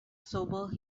sobered